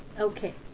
Okay